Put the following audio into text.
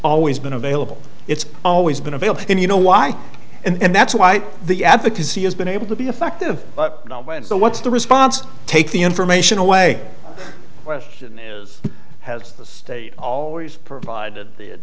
always been available it's always been available and you know why and that's why the advocacy has been able to be effective but not when so what's the response take the information away question is has the state always provided it